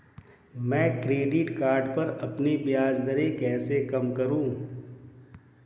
मैं credit card पर अपनी ब्याज दरें कैसे कम करूँ?